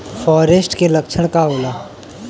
फारेस्ट के लक्षण का होला?